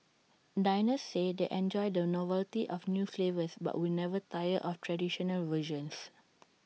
diners say they enjoy the novelty of new flavours but will never tire of traditional versions